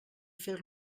fer